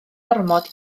ormod